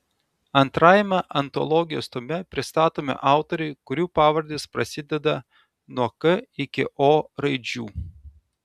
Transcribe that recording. antrajame antologijos tome pristatomi autoriai kurių pavardės prasideda nuo k iki o raidžių